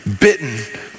bitten